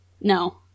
No